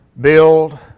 build